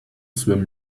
swim